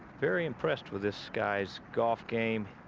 very impressed with this guy's golf game.